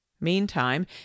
Meantime